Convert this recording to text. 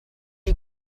you